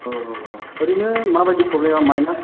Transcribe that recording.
औ औ औ ओरैनो माबायदि फ्रब्लेम मायनास